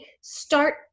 Start